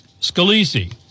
Scalise